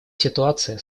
ситуация